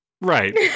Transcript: right